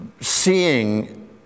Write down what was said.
seeing